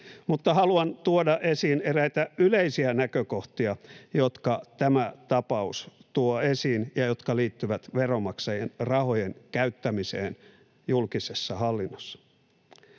Mutta haluan tuoda esiin eräitä yleisiä näkökohtia, jotka tämä tapaus tuo esiin ja jotka liittyvät veronmaksajien rahojen käyttämiseen julkisessa hallinnossa.